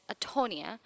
atonia